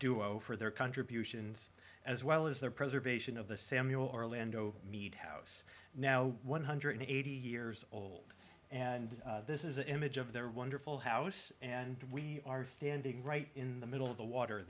for their contributions as well as their preservation of the samuel orlando mead house now one hundred eighty years old and this is an image of their wonderful house and we are standing right in the middle of the water